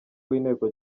w’inteko